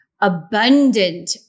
abundant